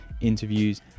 interviews